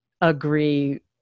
agree